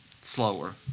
slower